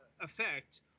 effect